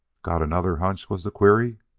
got another hunch? was the query.